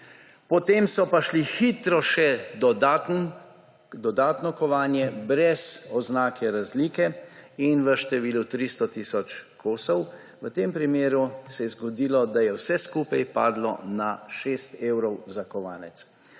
Potem so pa šli hitro še v dodatno kovanje brez oznake razlike in v številu 300 tisoč kosov. V tem primeru se je zgodilo, da je vse skupaj padlo na 6 evrov za kovanec.